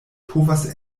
povas